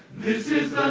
this is